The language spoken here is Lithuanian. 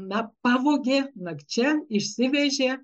na pavogė nakčia išsivežė